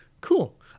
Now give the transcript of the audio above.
cool